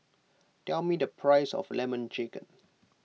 tell me the price of Lemon Chicken